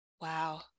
Wow